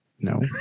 No